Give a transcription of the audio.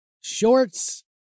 shorts